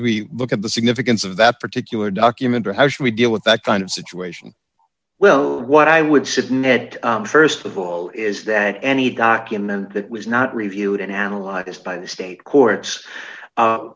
we look at the significance of that particular document or how should we deal with that kind of situation well what i would submit st of all is that any document that was not reviewed and analyzed by the state courts